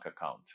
account